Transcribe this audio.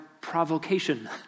provocation